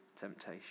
temptation